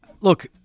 Look